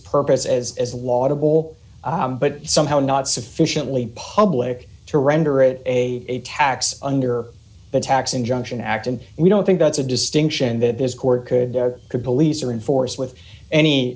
purpose as laudable but somehow not sufficiently public to render it a tax under the tax injunction act and we don't think that's a distinction that his court could or could believes or enforce with any